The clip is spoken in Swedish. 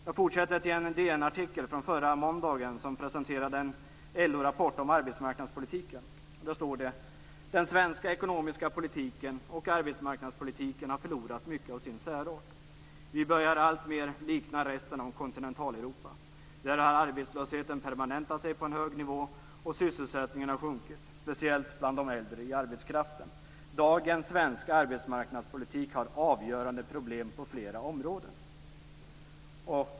Jag fortsätter med en DN-artikel från förra måndagen som presenterade en LO-rapport om arbetsmarknadspolitiken. Det står: "Den svenska ekonomiska politiken och arbetsmarknadspolitiken har förlorat mycket av sin särart. Vi börjar alltmer likna resten av kontinentaleuropa. Där har arbetslösheten permanentat sig på en hög nivå och sysselsättningen har sjunkit, speciellt bland de äldre i arbetskraften. Dagens svenska arbetsmarknadspolitik har avgörande problem på flera områden."